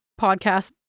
podcast